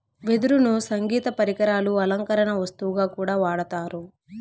వెదురును సంగీత పరికరాలు, అలంకరణ వస్తువుగా కూడా వాడతారు